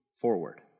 forward